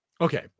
Okay